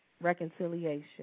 reconciliation